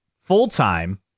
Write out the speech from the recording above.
full-time